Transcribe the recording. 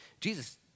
Jesus